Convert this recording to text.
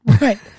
right